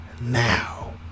now